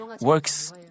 works